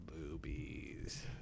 boobies